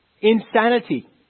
insanity